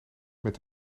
met